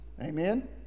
Amen